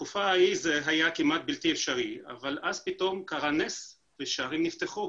בתקופה ההיא זה היה כמעט בלתי אפשרי אבל אז פתאום קרה נס והשערים נפתחו.